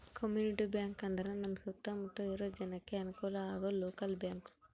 community bank ಅಂದ್ರ ನಮ್ ಸುತ್ತ ಮುತ್ತ ಇರೋ ಜನಕ್ಕೆ ಅನುಕಲ ಆಗೋ ಲೋಕಲ್ ಬ್ಯಾಂಕ್